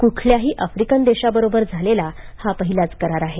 कुठल्याही अफ्रिकन देशाबरोबर झालेला पहिलांच करार आहे